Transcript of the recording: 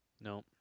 No